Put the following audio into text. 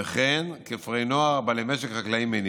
וכן כפרי נוער בעלי משק חקלאי מניב.